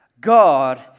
god